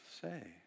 say